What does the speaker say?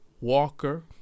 Walker